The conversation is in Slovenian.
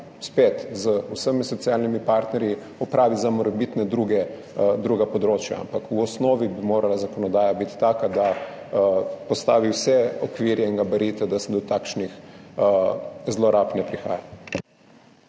z vsemi socialnimi partnerji za morebitna druga področja, ampak v osnovi bi morala biti zakonodaja taka, da postavi vse okvirje in gabarite, da do takšnih zlorab ne prihaja.